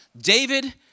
David